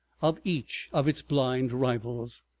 of each of its blind rivals.